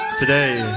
today,